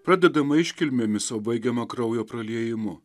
pradedama iškilmėmis o baigiama kraujo praliejimu